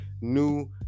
New